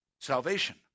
Salvation